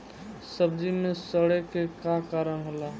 सब्जी में सड़े के का कारण होला?